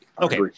okay